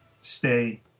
stay